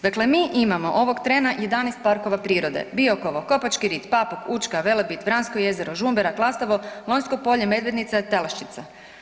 Dakle, mi imamo ovog trena 11 parkova prirode, Biokovo, Kopački rit, Papuk, Učka, Velebit, Vransko jezero, Žumberak, Lastovo, Lonjsko polje, Medvednica i Telašćica.